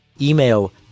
Email